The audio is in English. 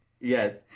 Yes